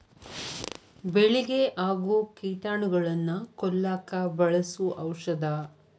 ಬೆಳಿಗೆ ಆಗು ಕೇಟಾನುಗಳನ್ನ ಕೊಲ್ಲಾಕ ಬಳಸು ಔಷದ